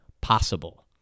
possible